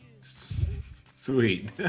Sweet